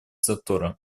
затора